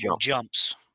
jumps